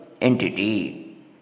Entity